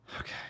Okay